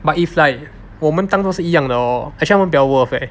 but if like 我们当做是一样的 hor actually 他们比较 worth leh